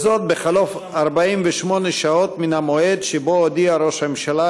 וזאת בחלוף 48 שעות מן המועד שבו הודיע ראש הממשלה